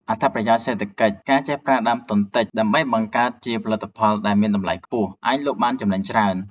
អត្ថប្រយោជន៍សេដ្ឋកិច្ច ការចេះប្រើប្រាស់ដើមទុនតិច ដើម្បីបង្កើតជាផលិតផលដែលមានតម្លៃខ្ពស់ និងអាចលក់បានចំណេញច្រើន។